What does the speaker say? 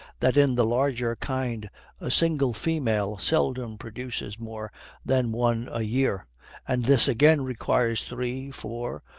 that in the larger kind a single female seldom produces more than one a-year, and this again requires three, for,